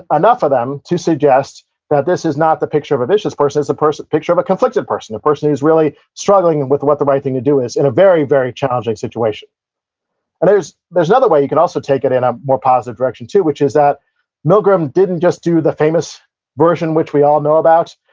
enough of them to suggest that this is not the picture of a vicious person. it's a picture of a conflicted person, a person who's really struggling and with what the right thing to do is in a very, very challenging situation and there's there's another way you could also take it in a more positive direction too, which is that milgram didn't just do the famous version which we all know about,